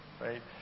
right